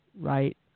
right